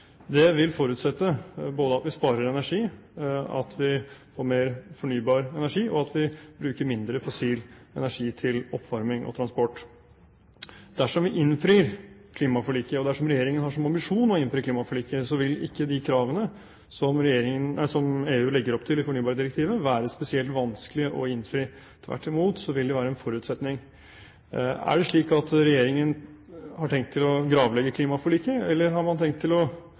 Det vil forutsette både at vi sparer energi, at vi får mer fornybar energi, og at vi bruker mindre fossil energi til oppvarming og transport. Dersom vi innfrir klimaforliket, og dersom regjeringen har som ambisjon å innfri klimaforliket, vil ikke de kravene som EU legger opp til i fornybardirektivet, være spesielt vanskelige å innfri. Tvert imot, de vil være en forutsetning. Er det slik at regjeringen har tenkt å gravlegge klimaforliket, eller er det det signalet vi nå ser, når man forsøker å